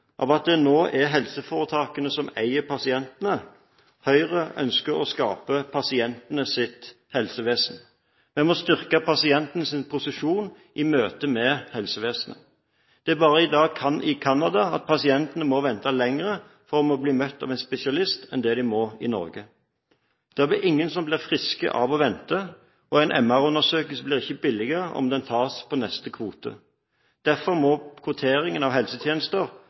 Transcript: av at det nå er helseforetakene som eier pasientene. Høyre ønsker å skape pasientenes helsevesen. Vi må styrke pasientens posisjon i møte med helsevesenet. Det er i dag bare i Canada at pasientene må vente lenger for å få møte en spesialist enn de må i Norge. Det er ingen som blir friske av å vente, og en MR-undersøkelse blir ikke billigere om den tas på neste kvote. Derfor må kvoteringen av helsetjenester